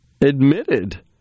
admitted